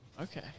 Okay